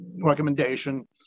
recommendation